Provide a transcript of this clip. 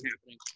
happening